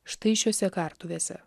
štai šiose kartuvėse